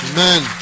Amen